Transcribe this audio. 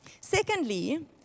Secondly